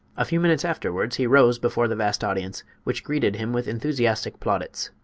a few minutes afterwards he arose before the vast audience, which greeted him with enthusiastic plaudits.